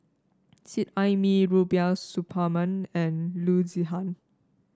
Seet Ai Mee Rubiah Suparman and Loo Zihan